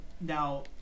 now